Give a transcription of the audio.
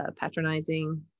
patronizing